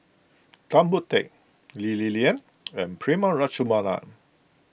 Tan Boon Teik Lee Li Lian and Prema Letchumanan